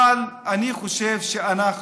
אבל אני חושב שאנחנו,